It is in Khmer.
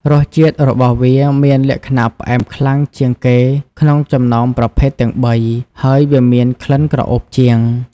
រសជាតិរបស់វាមានលក្ខណៈផ្អែមខ្លាំងជាងគេក្នុងចំណោមប្រភេទទាំងបី ហើយវាមានក្លិនក្រអូបជាង។